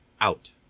out